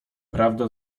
prawda